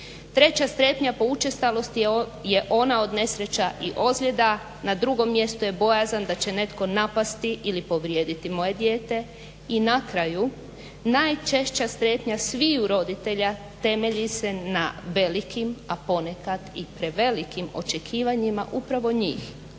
3. strepnja po učestalosti je ona od nesreća i ozljeda, na 2. mjestu je bojazan da će netko napasti ili povrijediti moje dijete i na kraju najčešća strepnja svih roditelja temelji se na velikim a ponekad i prevelikim očekivanjima upravo njih,